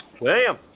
William